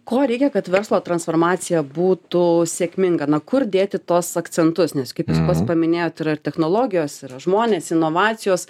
ko reikia kad verslo transformacija būtų sėkminga na kur dėti tuos akcentus nes kaip jūs pat paminėjot yra ir technologijos yra žmonės inovacijos